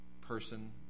person